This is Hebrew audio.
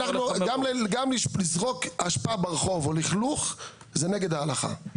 גם לזרוק אשפה ברחוב או לכלוך זה נגד ההלכה,